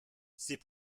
ces